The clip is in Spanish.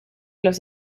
los